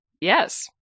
Yes